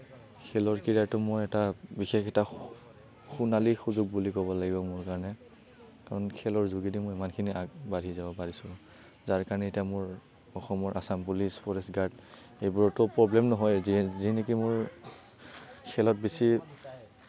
খেলৰ কীৰাটো মোৰ এটা বিশেষ এটা সোণালী সুযোগ বুলি ক'ব লাগিব মোৰ কাৰণে খেলৰ কাৰণ খেলৰ যোগেদি মই ইমানখিনি আগবাঢ়ি যাব পাৰিছোঁ যাৰ কাৰণে এতিয়া মোৰ অসমৰ আসাম পুলিচ ফৰেষ্ট গাৰ্ড এইবোৰতো প্ৰব্লেম নহয় যিয়ে যি নেকি মোৰ খেলত বেছি